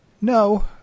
no